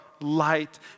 light